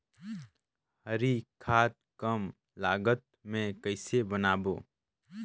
हरी खाद कम लागत मे कइसे बनाबो?